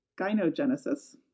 gynogenesis